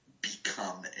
become